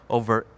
over